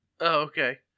okay